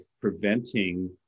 preventing